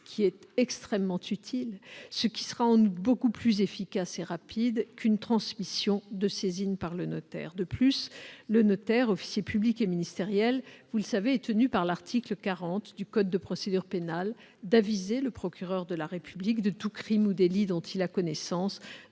qui est extrêmement utile, ce qui sera en outre beaucoup plus efficace et rapide qu'une transmission de saisine par le notaire. De plus, le notaire, officier public et ministériel, vous le savez, est tenu par l'article 40 du code de procédure pénale d'aviser le procureur de la République de tout crime ou délit dont il a connaissance.